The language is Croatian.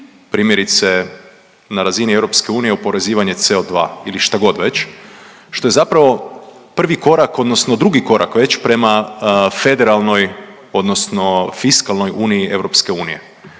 primjerice, na razini EU, oporezivanje CO2 ili šta god već, što je zapravo prvi korak, odnosno drugi korak već, prema federalnoj odnosno fiskalnoj uniji EU, čime